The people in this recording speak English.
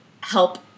help